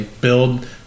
build